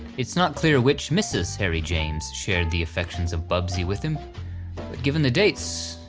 it's not clear which mrs. harry james shared the affections of bubsie with him, but given the dates,